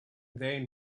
then